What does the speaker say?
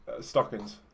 stockings